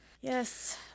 Yes